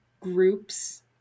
groups